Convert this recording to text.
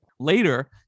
Later